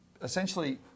essentially